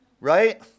right